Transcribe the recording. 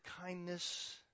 kindness